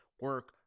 Work